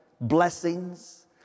blessings